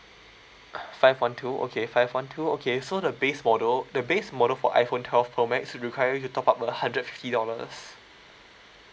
five one two okay five one two okay so the base model the base model for iPhone twelve pro max will require you top up a hundred fifty dollars